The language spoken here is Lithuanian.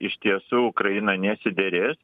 iš tiesų ukraina nesiderės